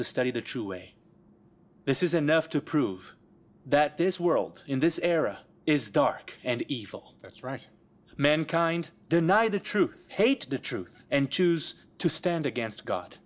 to study the true way this is enough to prove that this world in this era is dark and evil that's right mankind deny the truth hate the truth and choose to stand against god